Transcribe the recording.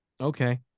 okay